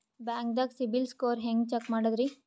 ಬ್ಯಾಂಕ್ದಾಗ ಸಿಬಿಲ್ ಸ್ಕೋರ್ ಹೆಂಗ್ ಚೆಕ್ ಮಾಡದ್ರಿ?